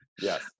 Yes